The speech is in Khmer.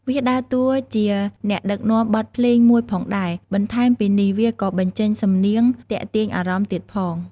វាដើរតួជាអ្នកដឹកនាំបទភ្លេងមួយផងដែរ បន្ថែមពីនេះវាក៏បញ្ចេញសំនៀងទាក់ទាញអារម្មណ៍ទៀតផង។